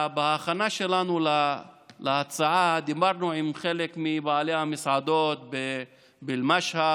בהכנה שלנו להצעה דיברנו עם חלק מבעלי המסעדות באל-משהד,